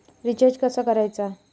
Recharge कसा करायचा?